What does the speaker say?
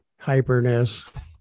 hyperness